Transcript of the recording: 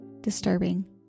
disturbing